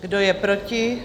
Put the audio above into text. Kdo je proti?